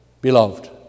beloved